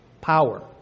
power